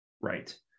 right